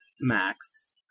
Max